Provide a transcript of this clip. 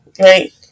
right